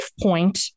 point